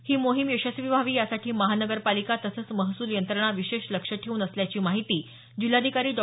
ही मोहीम यशस्वी व्हावी यासाठी महानगरपालिका तसंच महसूल यंत्रणा विशेष लक्ष ठेवून असल्याची माहिती जिल्हाधिकारी डॉ